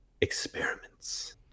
experiments